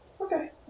Okay